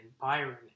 Byron